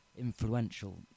influential